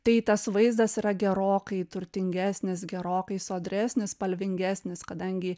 tai tas vaizdas yra gerokai turtingesnis gerokai sodresnis spalvingesnis kadangi